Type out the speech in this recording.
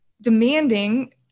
demanding